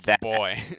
boy